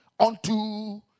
Unto